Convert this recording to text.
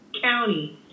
county